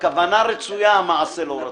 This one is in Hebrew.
הכוונה רצויה, המעשה לא רצוי.